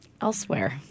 elsewhere